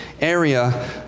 area